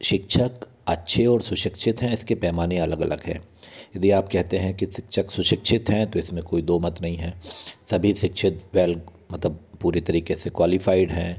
शिक्षक अच्छे और स्वशिक्षित है इसके पैमाने अलग अलग है यदि आप कहते हैं कि शिक्षक स्वशिक्षित है तो इसमें कोई दो मत नहीं है सभी शिक्षित मतलब पूरी तरीके से क्वालिफाइड हैं